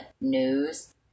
news